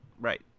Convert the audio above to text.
Right